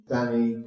Danny